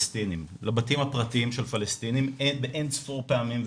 הפרטיים של פלסטינים באין-ספור פעמים,